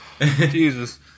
Jesus